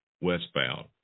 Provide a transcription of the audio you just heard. Westbound